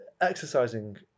exercising